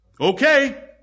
Okay